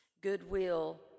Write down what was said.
goodwill